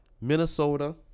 Minnesota